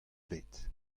bet